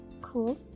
Cool